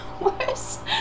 worse